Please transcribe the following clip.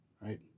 Right